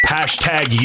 Hashtag